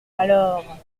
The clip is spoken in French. alors